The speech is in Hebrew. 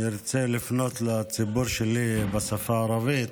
אני רוצה לפנות לציבור שלי בשפה הערבית.